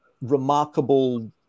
remarkable